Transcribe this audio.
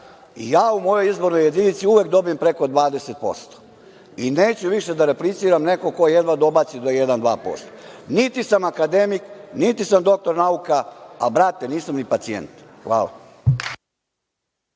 ja u mojoj izbornoj jedinici uvek dobijem preko 20% i neću više da repliciram nekome ko jedva dobaci do 1%, 2%. Niti sam akademik, niti sam doktor nauka, a brate nisam ni pacijent. Hvala.